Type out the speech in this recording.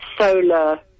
solar